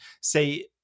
say